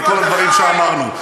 וכל הדברים שאמרנו.